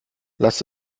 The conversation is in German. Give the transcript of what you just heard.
lasst